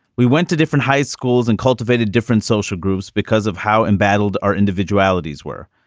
we went to different high schools and cultivated different social groups because of how embattled our individualities were.